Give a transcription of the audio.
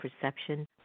perception